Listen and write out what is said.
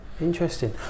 Interesting